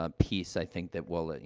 ah piece, i think, that will, ah you